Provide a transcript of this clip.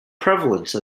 prevalence